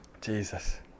Jesus